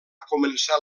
començar